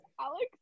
Alex